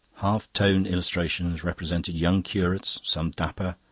half-tone illustrations represented young curates, some dapper,